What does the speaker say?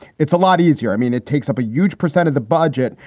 it's a lot easier. i mean, it takes up a huge percent of the budget,